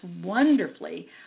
wonderfully